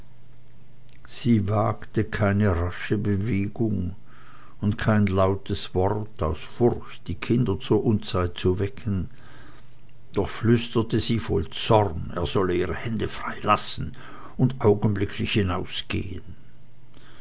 sie wagte keine rasche bewegung und kein lautes wort aus furcht die kinder zur unzeit zu wecken doch flüsterte sie voll zorn er solle ihre hände freilassen und augenblicklich hinausgehen